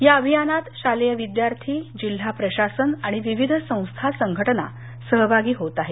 या अभियानात शालेय विद्यार्थी जिल्हा प्रशासन आणि विविध संस्था संघटना सहभागी होत आहेत